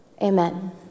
amen